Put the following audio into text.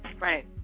Right